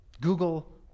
Google